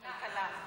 כלכלה.